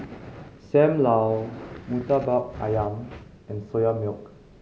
Sam Lau Murtabak Ayam and Soya Milk